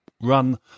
run